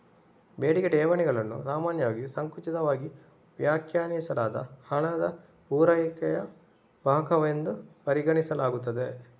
ಬೇಡಿಕೆ ಠೇವಣಿಗಳನ್ನು ಸಾಮಾನ್ಯವಾಗಿ ಸಂಕುಚಿತವಾಗಿ ವ್ಯಾಖ್ಯಾನಿಸಲಾದ ಹಣದ ಪೂರೈಕೆಯ ಭಾಗವೆಂದು ಪರಿಗಣಿಸಲಾಗುತ್ತದೆ